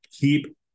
Keep